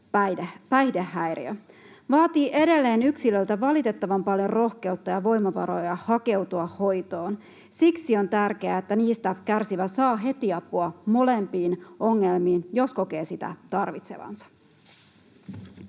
päihdehäiriö. Vaatii edelleen yksilöiltä valitettavan paljon rohkeutta ja voimavaroja hakeutua hoitoon. Siksi on tärkeää, että niistä kärsivä saa heti apua molempiin ongelmiin, jos kokee sitä tarvitsevansa.